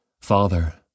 Father